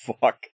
fuck